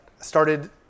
started